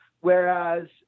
whereas